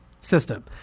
system